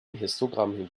histogramm